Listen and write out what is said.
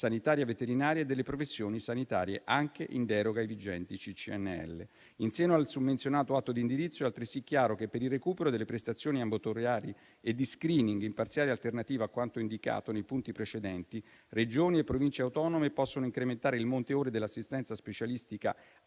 sanitaria veterinaria e delle professioni sanitarie anche in deroga e vigenti contratti collettivi del lavoro. Insieme al summenzionato atto di indirizzo e altresì chiaro che, per il recupero delle prestazioni ambulatoriali e di *screening*, in parziale alternativa a quanto indicato nei punti precedenti, Regioni e Province autonome possono incrementare il monte ore dell'assistenza specialistica